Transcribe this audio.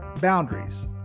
boundaries